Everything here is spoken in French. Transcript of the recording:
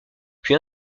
puis